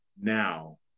now